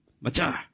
Macha